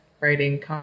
writing